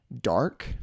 dark